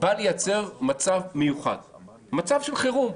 בא לייצר מצב מיוחד, מצב של חירום,